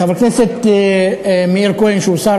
חבר הכנסת מאיר כהן, שהוא שר